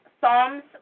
Psalms